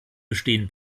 bestehen